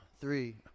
three